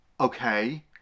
Okay